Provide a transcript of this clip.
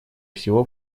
всего